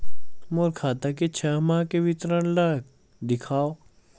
मोर खाता के छः माह के विवरण ल दिखाव?